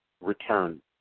return